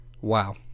wow